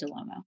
DeLomo